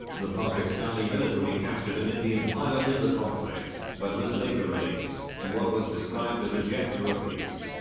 the pakistani military captured an indian pilot in the conflict, but was later released, in what was described as a gesture of peace.